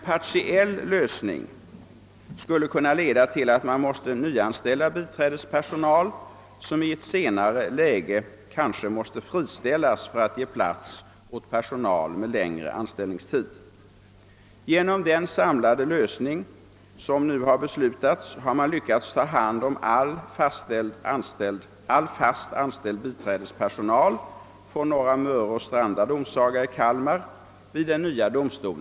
En partiell lösning skulle kunna leda till att man blev tvungen att nyanställa biträdespersonal, som kanske i ett senare läge måste friställas för att ge plats åt personal med längre anställningstid. Genom den samlade lösning som nu har beslutats har man vid den nya domstolen i Kalmar lyckats ta hand om all fast anställd biträdespersonal från Norra Möre och Stranda domsaga i Kalmar.